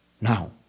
Now